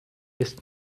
ist